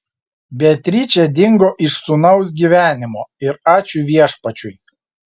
beatričė dingo iš sūnaus gyvenimo ir ačiū viešpačiui